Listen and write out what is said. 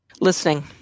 Listening